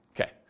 Okay